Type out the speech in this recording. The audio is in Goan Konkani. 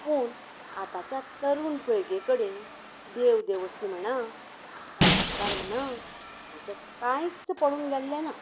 पूण आतांच्या तरूण पिळगे कडेन देव देवस्की म्हणा संस्कार म्हणा हांचें कांयच पडून गेल्लें ना